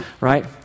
right